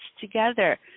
together